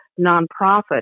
nonprofit